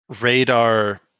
radar